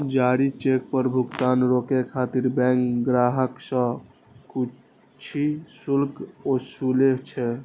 जारी चेक पर भुगतान रोकै खातिर बैंक ग्राहक सं किछु शुल्क ओसूलै छै